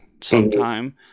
sometime